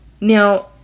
Now